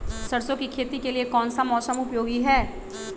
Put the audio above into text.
सरसो की खेती के लिए कौन सा मौसम उपयोगी है?